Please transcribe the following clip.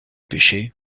pêchais